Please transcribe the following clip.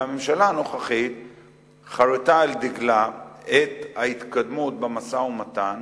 והממשלה הנוכחית חרתה על דגלה את ההתקדמות במשא-ומתן